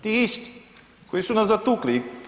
Ti isti koji su nas zatukli.